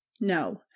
No